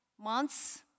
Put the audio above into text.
months